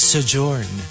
Sojourn